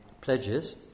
pledges